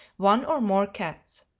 one or more cats.